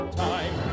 time